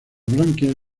branquias